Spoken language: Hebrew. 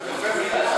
יופי.